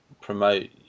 promote